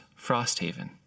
Frosthaven